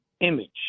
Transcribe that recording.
image